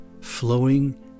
flowing